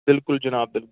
بِلکُل جِناب